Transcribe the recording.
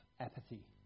apathy